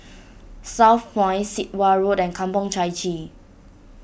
Southpoint Sit Wah Road and Kampong Chai Chee